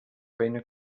feina